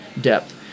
depth